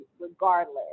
regardless